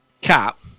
cap